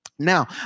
Now